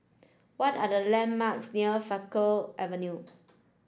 what are the landmarks near Faculty Avenue